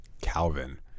Calvin